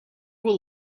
will